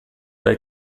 dai